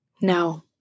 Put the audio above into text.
No